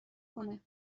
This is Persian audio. کنه